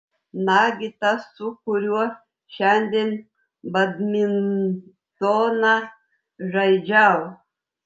nagi tas su kuriuo šiandien badmintoną žaidžiau